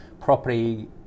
property